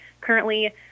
Currently